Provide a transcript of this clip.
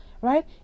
right